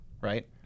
right